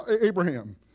Abraham